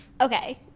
Okay